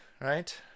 right